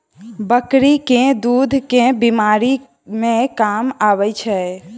बकरी केँ दुध केँ बीमारी मे काम आबै छै?